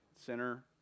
Center